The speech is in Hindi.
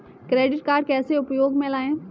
क्रेडिट कार्ड कैसे उपयोग में लाएँ?